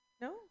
No